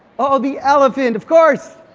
oh, the elephant. of course,